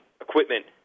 equipment